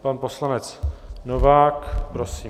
Pan poslanec Novák, prosím.